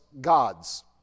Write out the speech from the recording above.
gods